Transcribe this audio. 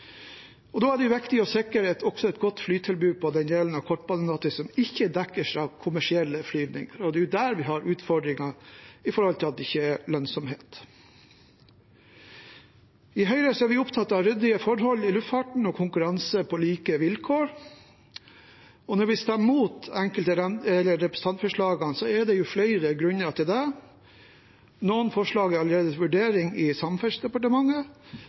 Da er det viktig også å sikre et godt flytilbud på den delen av kortbanenettet som ikke dekkes av kommersielle flyvninger. Det er der vi har utfordringer med tanke på at det ikke er lønnsomt. I Høyre er vi opptatt av ryddige forhold i luftfarten og konkurranse på like vilkår. Når vi stemmer imot enkelte av representantforslagene, er det flere grunner til det. Noen forslag er allerede til vurdering i Samferdselsdepartementet,